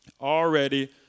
Already